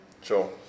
Sure